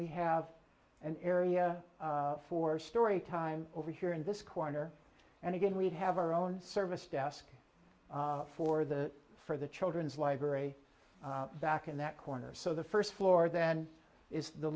we have an area for story time over here in this corner and again we have our own service desk for the for the children's library back in that corner so the first floor then is the